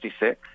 66